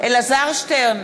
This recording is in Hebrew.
אלעזר שטרן,